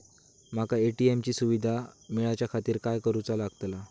माका ए.टी.एम ची सुविधा मेलाच्याखातिर काय करूचा लागतला?